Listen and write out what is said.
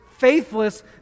faithless